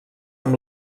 amb